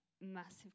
massive